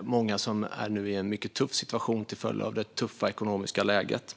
många är i en svår situation till följd av det tuffa ekonomiska läget.